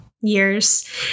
years